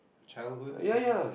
childhood ya ya